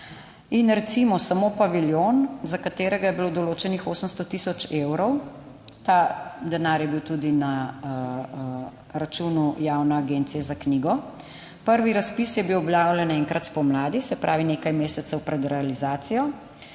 In recimo samo paviljon, za katerega je bilo določenih 800000 evrov, ta denar je bil tudi na računu Javne agencije za knjigo. Prvi razpis je bil objavljen enkrat spomladi, se pravi nekaj mesecev pred realizacijo.